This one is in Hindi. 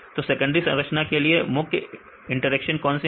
तो सेकेंडरी संरचना के लिए मुख्य इंटरेक्शन कौन से हैं